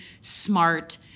smart